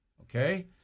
Okay